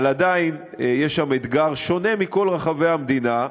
אבל עדיין יש שם אתגר שונה מאשר בכל רחבי המדינה.